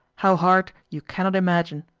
how hard you cannot imagine.